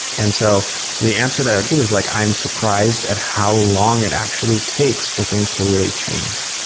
and so the answer that i'd give is like i am surprised at how long it actually takes for things to really change.